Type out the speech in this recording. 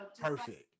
perfect